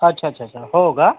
अच्छा अच्छा अच्छा हो का